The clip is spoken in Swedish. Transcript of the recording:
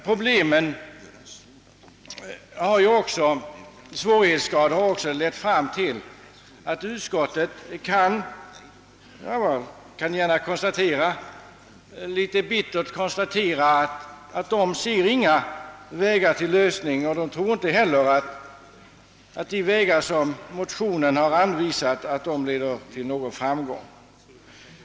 Problemens stora svårighetsgrad har lett till att utskottet litet bittert konstaterar att utskottet inte ser någon väg till lösning och inte heller tror att de vägar som anvisats i motionen kan leda till framgång.